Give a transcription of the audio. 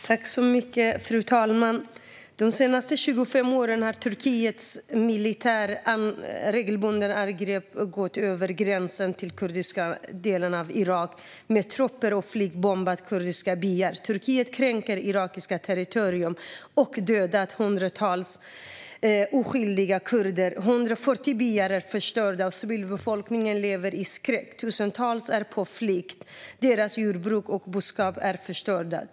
Fru talman! De senaste 25 åren har Turkiets militär i regelbundna angrepp gått över gränsen till kurdiska delen av Irak med trupper och flygbombat kurdiska byar. Turkiet har kränkt irakiskt territorium, dödat hundratals oskyldiga kurder och förstört 140 byar. Civilbefolkningen lever i skräck, och tusentals är på flykt. Deras jordbruk och boskap är förstörda.